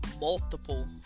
multiple